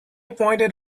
pointed